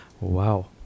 Wow